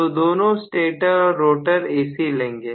तो दोनों स्टेटर और रोटर AC लेंगे